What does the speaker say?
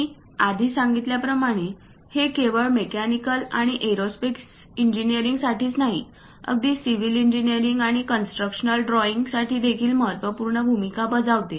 मी आधी सांगितल्याप्रमाणे हे केवळ मेकॅनिकल आणि एरोस्पेस इंजिनीअरिंगसाठीच नाही अगदी सिव्हिल इंजिनीअरिंग आणि कन्स्ट्रक्शन ड्रॉईंगसाठी देखील महत्त्वपूर्ण भूमिका बजावते